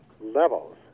levels